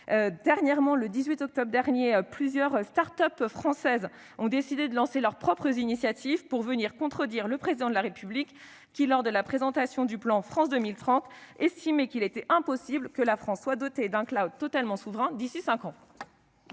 souverain. Le 18 octobre dernier, plusieurs start-up françaises ont décidé de lancer leur propre initiative, contredisant le Président de la République qui, lors de la présentation du plan France 2030, estimait impossible pour la France de se doter d'un totalement souverain d'ici cinq ans.